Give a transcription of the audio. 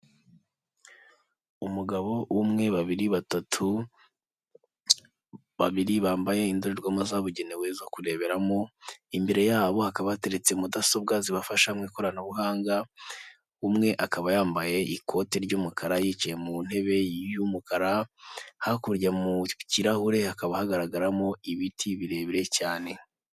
Umugabo umwe, babiri, batatu, babiri, bambaye indorerwamo zabugenewe zo kurebera imbere yabokaba bateretse mudasobwa zibafasha mu ikoranabuhanga umwe akaba yambaye ikote ry'umukara yicaye mu ntebe y'umukara hakurya mu kirahure hakaba hagaragaramo ibiti birebire cyane.